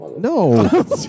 No